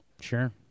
Sure